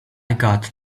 got